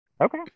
Okay